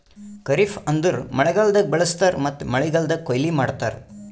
ಖರಿಫ್ ಅಂದುರ್ ಮಳೆಗಾಲ್ದಾಗ್ ಬೆಳುಸ್ತಾರ್ ಮತ್ತ ಮಳೆಗಾಲ್ದಾಗ್ ಕೊಯ್ಲಿ ಮಾಡ್ತಾರ್